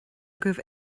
agaibh